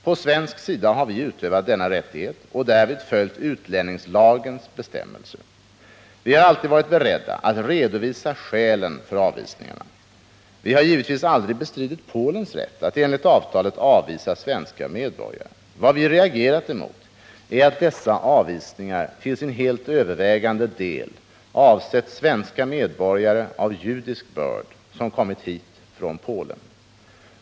På svensk sida har vi utövat denna rättighet och därvid följt utlänningslagens bestämmelser. Vi har alltid varit beredda att redovisa skälen för avvisningarna. Vi har givetvis aldrig bestridit Polens rätt att enligt avtalet avvisa svenska medborgare. Vad vi reagerat mot är att dessa avvisningar till sin helt övervägande del avsett svenska medborgare av judisk börd som kommit hit från Polen.